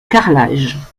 carrelage